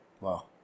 Wow